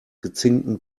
gezinkten